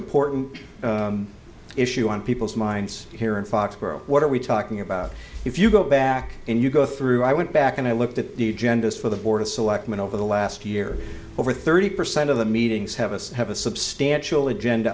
important issue on people's minds here in foxboro what are we talking about if you go back and you go through i went back and i looked at the genders for the board of selectmen over the last year over thirty percent of the meetings have us have a substantial agend